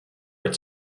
its